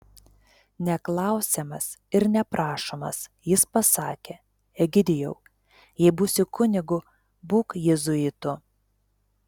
neklausiamas ir neprašomas jis pasakė egidijau jei būsi kunigu būk jėzuitu